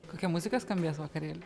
kokia muzika skambės vakarėlyje